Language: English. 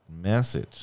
message